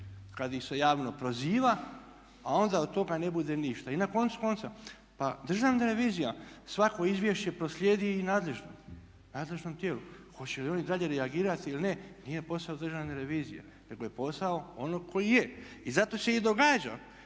kad ih se javno proziva, a onda od toga ne bude ništa. I na koncu konca pa Državna revizija svako izvješće proslijedi i nadležnom tijelu. Hoće li oni dalje reagirati ili ne nije posao Državne revizije nego je posao onog koji je. I zato se i događa